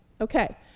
Okay